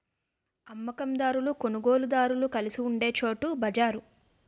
అమ్మ కందారులు కొనుగోలుదారులు కలిసి ఉండే చోటు బజారు